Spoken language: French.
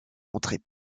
entrer